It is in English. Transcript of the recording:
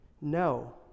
No